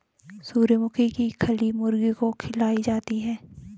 सूर्यमुखी की खली मुर्गी को खिलाई जाती है